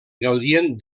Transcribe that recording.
gaudien